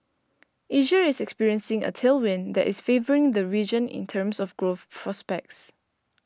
Asia is experiencing a tailwind that is favouring the region in terms of growth prospects